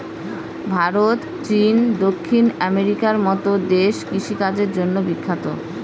ভারত, চীন, দক্ষিণ আমেরিকার মতো দেশ কৃষিকাজের জন্য বিখ্যাত